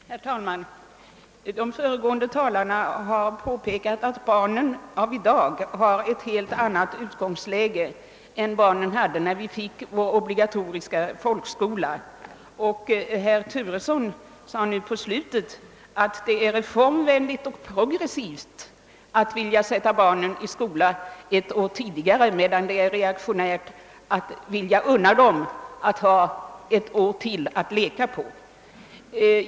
Herr talman! De föregående talarna har påpekat att dagens barn har ett helt annat utgångsläge än barnen hade när vi fick vår obligatoriska folkskola. Herr Turesson sade i slutet av sitt anförande att det är reformvänligt och progressivt att vilja sätta barnen i skola ett år tidigare, medan det är reaktionärt att vilja unna dem ett år till att leka på.